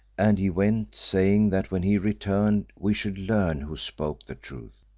and he went, saying that when he returned we should learn who spoke the truth.